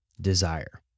desire